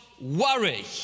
worry